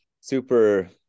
super